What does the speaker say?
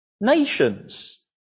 nations